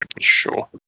Sure